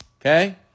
Okay